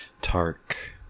Tark